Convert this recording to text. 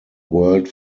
world